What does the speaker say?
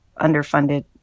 underfunded